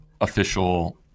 official